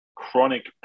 chronic